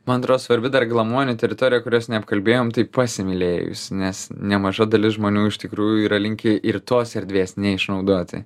man atrodo svarbi dar glamonių teritorija kurios neapkalbėjom tai pasimylėjus nes nemaža dalis žmonių iš tikrųjų yra linkę ir tos erdvės neišnaudoti